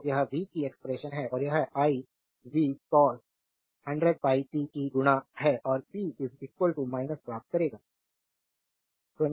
तो यह v की एक्सप्रेशन है और यह i 4 cos 100πt की गुणा है और p प्राप्त करेगा